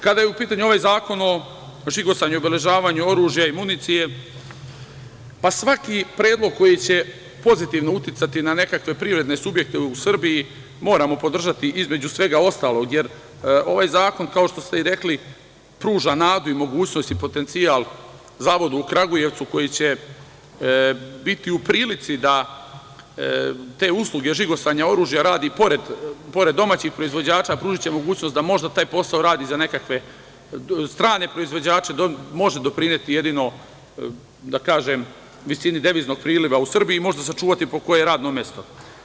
Kada je u pitanju ovaj zakon o žigosanju i obeležavanju oružja i municije, pa svaki predlog koji će pozitivno uticati na nekakve privredne subjekte u Srbiji moramo podržati između svega ostalog, jer ovaj zakon, kao što ste i rekli, pruža nadu i mogućnost i potencijal Zavodu u Kragujevcu, koji će biti u prilici da te usluge žigosanja oružja radi pored domaćih proizvođača, pružiće mogućnost da možda taj posao radi za nekakve strane proizvođače, može doprineti jedino visini deviznog priliva u Srbiji i možda sačuvati po koje radno mesto.